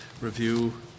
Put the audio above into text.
review